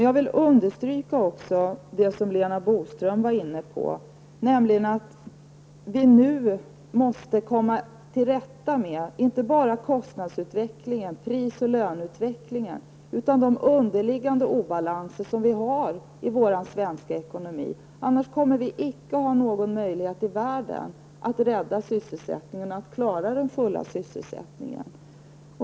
Jag vill understryka det som Lena Boström var inne på, nämligen att vi nu måste komma till rätta med inte bara kostnadsutvecklingen, pris och löneutvecklingen utan också med de underliggande obalanser som vi har i svensk ekonomi. Annars kommer vi inte att ha någon möjlighet i världen att rädda sysselsättningen och klara den fulla sysselsättningen.